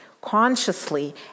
consciously